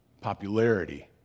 popularity